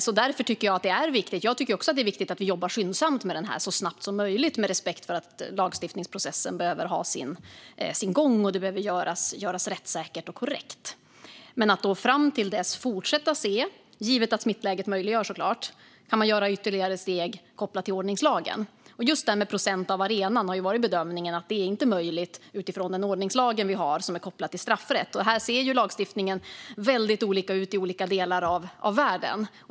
Jag tycker också att det är viktigt att vi jobbar skyndsamt med detta, med respekt för att lagstiftningsprocessen behöver ha sin gång och att det behöver göras rättssäkert och korrekt. Fram till dess ska vi, givet att smittläget möjliggör det såklart, fortsätta att se om man kan ta ytterligare steg kopplat till ordningslagen. När det gäller detta med en viss procent av arenan har bedömningen varit att det inte är möjligt utifrån den ordningslag vi har, som är kopplad till straffrätt. Här ser lagstiftningen väldigt olika ut i olika delar av världen.